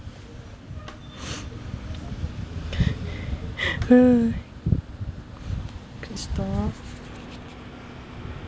ha can stop